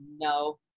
no